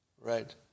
Right